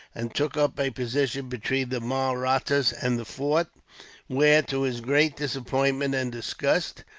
and took up a position between the mahrattas and the fort where, to his great disappointment and disgust,